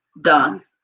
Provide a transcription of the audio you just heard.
Done